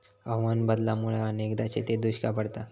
हवामान बदलामुळा अनेकदा शेतीत दुष्काळ पडता